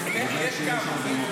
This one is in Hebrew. יש גם.